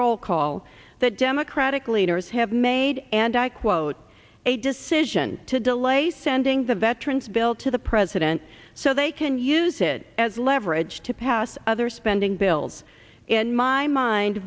roll call that democratic leaders have made and i quote a decision to delay sending the veterans bill to the president so they can use it as leverage to pass other spending bills in my i mind